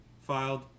filed